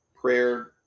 prayer